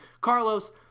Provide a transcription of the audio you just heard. Carlos